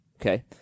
Okay